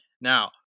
Now